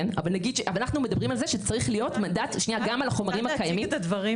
אבל אנחנו מדברים על זה שצריך להיות מנדט גם על החומרים הקיימים.